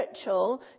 spiritual